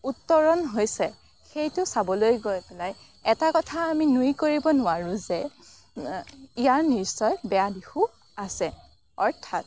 উত্তৰণ হৈছে সেইটো চাবলৈ গৈ পেলাই এটা কথা আমি নুই কৰিব নোৱাৰোঁ যে ইয়াৰ নিশ্চয় বেয়া দিশো আছে অৰ্থাৎ